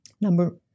Number